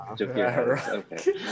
Okay